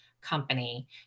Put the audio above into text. company